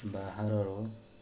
ବାହାରରୁ